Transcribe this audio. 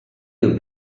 you